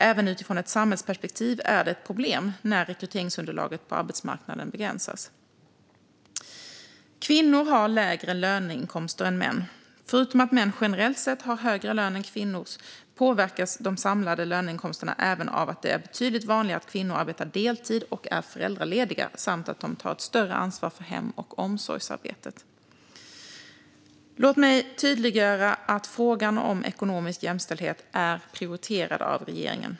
Även utifrån ett samhällsperspektiv är det ett problem när rekryteringsunderlaget på arbetsmarknaden begränsas. Kvinnor har lägre löneinkomster än män. Förutom att män generellt sett har högre lön än kvinnor påverkas de samlade löneinkomsterna även av att det är betydligt vanligare att kvinnor arbetar deltid och är föräldralediga samt att de tar större ansvar för hem och omsorgsarbetet. Låt mig tydliggöra att frågan om ekonomisk jämställdhet är prioriterad av regeringen.